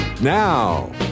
Now